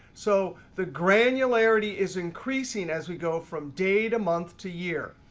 so the granularity is increasing as we go from day to month to year.